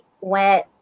went